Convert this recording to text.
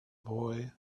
boy